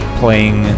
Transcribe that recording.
playing